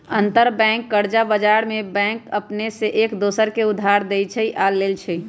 अंतरबैंक कर्जा बजार में बैंक अपने में एक दोसर के उधार देँइ छइ आऽ लेइ छइ